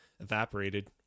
evaporated